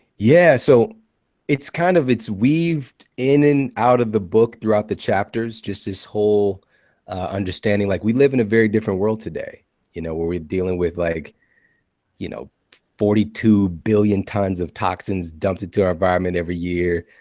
yeah. so it's kind of it's weaved in and out of the book throughout the chapters, just this whole understanding. like we live in a very different world today you know where we're dealing with like you know forty two billion tons of toxins dumped into our environment every year,